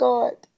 God